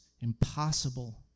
impossible